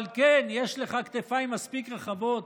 אבל כן יש לך כתפיים מספיק רחבות